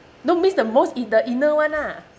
no means the most in the inner one ah